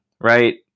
right